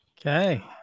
Okay